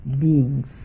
beings